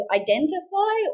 identify